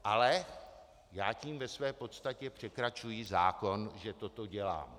Ale já tím ve své podstatě překračuji zákon, že toto dělám.